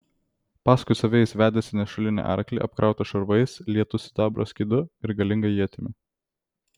paskui save jis vedėsi nešulinį arklį apkrautą šarvais lietu sidabro skydu ir galinga ietimi